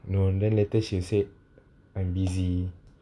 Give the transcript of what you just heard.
no then later she said I'm busy